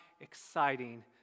exciting